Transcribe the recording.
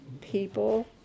People